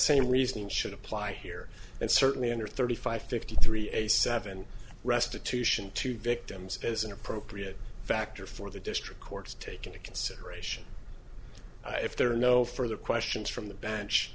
same reasoning should apply here and certainly under thirty five fifty three a seven restitution to victims as an appropriate factor for the district court to take into consideration if there are no further questions from the bench